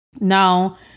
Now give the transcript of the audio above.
now